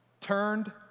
turned